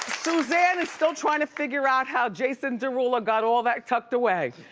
suzanne is still trying to figure out how jason derulo got all that tucked away.